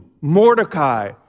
Mordecai